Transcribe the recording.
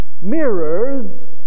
Mirrors